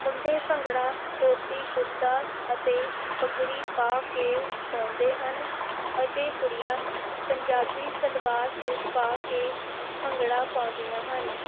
ਮੁੰਡੇ ਭੰਗੜਾ ਧੋਤੀ ਕੁੜਤਾ ਅਤੇ ਪੱਗੜੀ ਪਾ ਕੇ ਪਾਉਂਦੇ ਹਨ ਅਤੇ ਕੁੜੀਆਂ ਪੰਜਾਬੀ ਸਲਵਾਰ ਸੂਟ ਪਾ ਕੇ ਭੰਗੜਾ ਪਾਉਂਦੀਆਂ ਹਨ